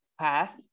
path